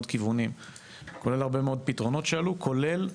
כיוונים כולל הרבה מאוד פתרונות שעלו כולל,